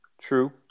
True